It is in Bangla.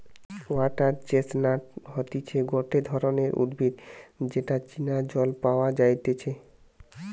ওয়াটার চেস্টনাট হতিছে গটে ধরণের উদ্ভিদ যেটা চীনা জল পাওয়া যাইতেছে